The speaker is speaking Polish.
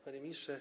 Panie Ministrze!